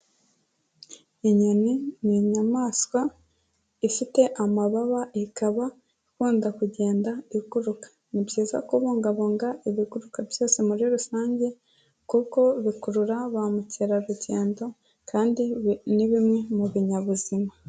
Inyoni ni inyamaswa ifite amababa ikaba ikunda kugenda iguruka, ni byiza kubungabunga ibiguruka byose muri rusange, kuko bikurura ba mukerarugendo kandi ni bimwe mu binyabuzima.